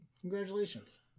Congratulations